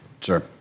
Sure